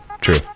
True